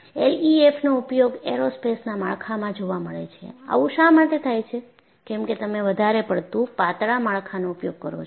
LEFM નો ઉપયોગ એરોસ્પેસના માળખામાં જોવા મળે છે આવું શા માટે થાય છે કેમકે તમે વધારે પડતું પાતળા માળખાનો ઉપયોગ કરો છો